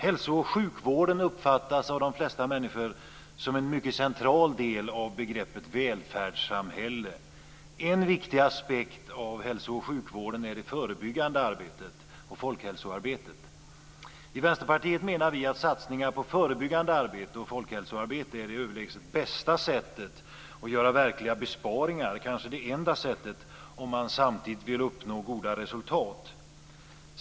Hälso och sjukvården uppfattas av de flesta människor som en mycket central del av begreppet välfärdssamhälle. En viktig aspekt av hälsooch sjukvården är det förebyggande arbetet och folkhälsoarbetet. I Vänsterpartiet menar vi att satsningar på förebyggande arbete och folkhälsoarbete är det överlägset bästa sättet att göra verkliga besparingar, kanske det enda sättet om man samtidigt vill uppnå goda resultat.